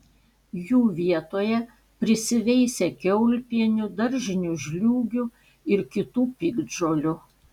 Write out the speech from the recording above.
jų vietoje prisiveisia kiaulpienių daržinių žliūgių ir kitų piktžolių